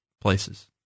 places